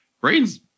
brains